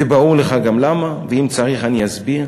זה ברור לך גם למה, ואם צריך, אני אסביר,